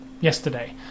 yesterday